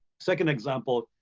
second example,